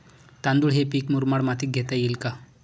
तांदूळ हे पीक मुरमाड मातीत घेता येईल का?